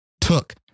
took